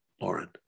Lauren